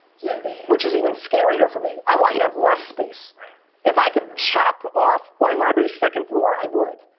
which is even scarier for me, i want you to have less space. if i could chop off wine library's second floor? i would,